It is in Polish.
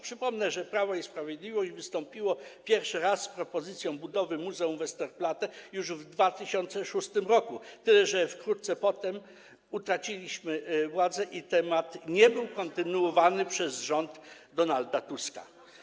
Przypomnę, że Prawo i Sprawiedliwość pierwszy raz wystąpiło z propozycją budowy muzeum Westerplatte już w 2006 r., tyle że wkrótce potem utraciliśmy władzę i temat nie był kontynuowany przez rząd Donalda Tuska.